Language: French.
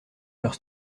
leurs